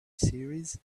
series